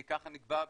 כי ככה נקבע,